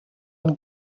and